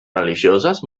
religioses